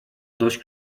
dość